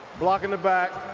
block in the back,